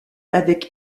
avec